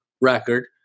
record